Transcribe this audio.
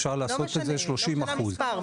אפשר לעשות את זה 30%. לא משנה המספר,